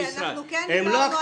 כי אנחנו כן דיברנו על הדברים.